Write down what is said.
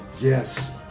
Yes